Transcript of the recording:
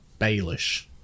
Baelish